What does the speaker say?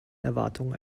erwartungen